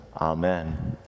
Amen